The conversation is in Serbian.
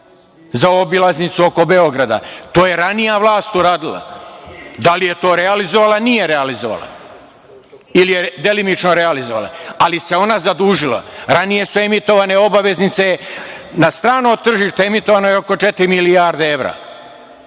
za obilaznicu oko Beograda. To je ranija vlast uradila. Da li je to realizovala? Nije realizovala, ili je delimično realizovala, ali se ona zadužila. Ranije su emitovane obveznice na strano tržište, emitovano je oko četiri milijarde evra,